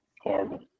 Horrible